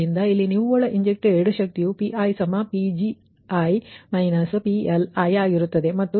ಆದ್ದರಿಂದ ಇಲ್ಲಿ ನಿವ್ವಳ ಇಂಜೆಕ್ಟೆಡ್ ಶಕ್ತಿಯು PiPgi PLi ಆಗಿರುತ್ತದೆ